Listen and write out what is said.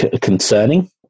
concerning